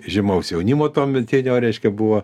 žymaus jaunimo tuometinio reiškia buvo